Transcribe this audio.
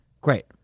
Great